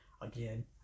again